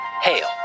Hail